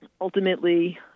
ultimately